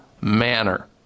manner